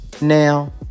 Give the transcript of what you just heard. now